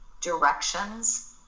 directions